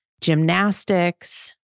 gymnastics